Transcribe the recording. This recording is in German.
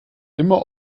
immer